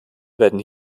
werden